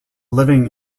living